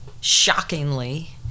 shockingly